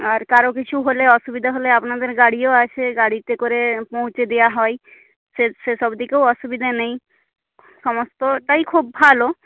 আর কারও কিছু হলে অসুবিধা হলে আপনাদের গাড়িও আছে গাড়িতে করে পৌঁছে দেওয়া হয় সে সে সব দিকেও অসুবিধা নেই সমস্তটাই খুব ভালো